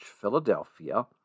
Philadelphia